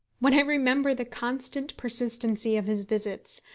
when i remember the constant persistency of his visits,